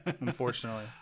Unfortunately